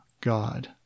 God